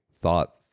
thought